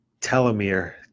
telomere